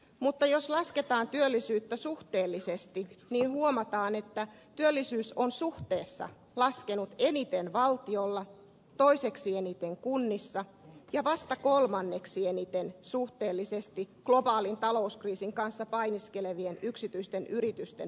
mutta jos lasketaan työllisyyttä suhteellisesti niin huomataan että työllisyys on suhteessa laskenut eniten valtiolla toiseksi eniten kunnissa ja vasta kolmanneksi eniten suhteellisesti globaalin talouskriisin kanssa painiskelevien yksityisten yritysten puolella